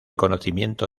conocimiento